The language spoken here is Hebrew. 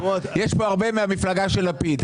יש פה הרבה מהמפלגה של לפיד,